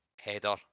header